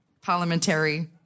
parliamentary